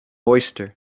oyster